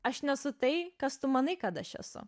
aš nesu tai kas tu manai kad aš esu